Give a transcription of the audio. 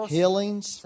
healings